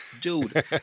dude